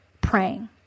praying